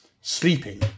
sleeping